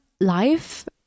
life